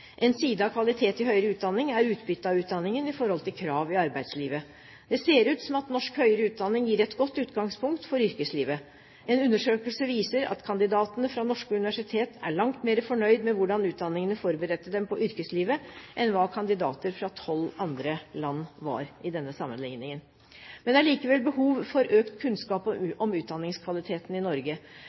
En side av kvalitet i høyere utdanning er utbyttet av utdanningen i forhold til krav i arbeidslivet. Det ser ut til at norsk høyere utdanning gir et godt utgangspunkt for yrkeslivet. En undersøkelse viser at kandidater fra norske universiteter er langt mer fornøyd med hvordan utdanningene forberedte dem på yrkeslivet, enn hva kandidater fra tolv andre land i denne sammenligningen var. Det er likevel behov for økt kunnskap om utdanningskvaliteten i Norge.